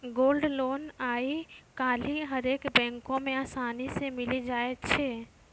gold loan आइ काल्हि हरेक बैको मे असानी से मिलि जाय छै